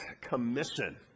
Commission